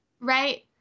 right